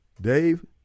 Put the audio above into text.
Dave